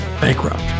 Bankrupt